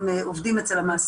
משרד הנגב והגליל עוסק